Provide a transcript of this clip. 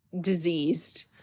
diseased